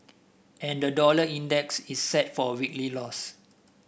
and the dollar index is set for a weekly loss